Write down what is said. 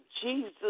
Jesus